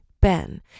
Ben